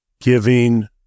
giving